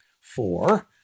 Four